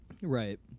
Right